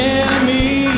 enemy